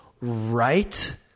right